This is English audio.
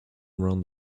around